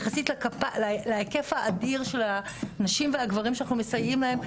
יחסית להיקף האדיר של הנשים והגברים שאנחנו מסייעים להם.